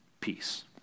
peace